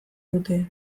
dute